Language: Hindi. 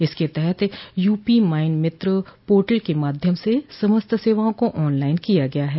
इसके तहत यूपी माइन मित्र पोर्टल के माध्यम से समस्त सेवाओं को आन लाइन किया गया है